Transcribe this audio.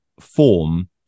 form